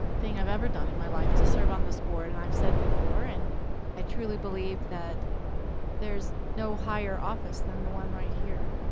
thing i've ever done in my life to serve on this board. and i've said before and i truly believe that there's no higher office than the one right here.